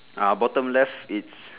ah bottom left it's